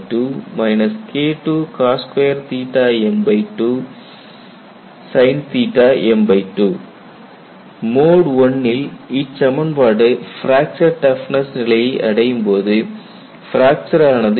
KICKIcos3m2 KIIcos2 m2sinm2 mode I ல் இச்சமன்பாடு fracture toughness நிலையை அடையும் போது பிராக்சர் ஆனது ஏற்படும்